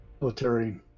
military